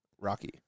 Rocky